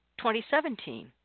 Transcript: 2017